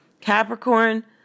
Capricorn